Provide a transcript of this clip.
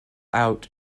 out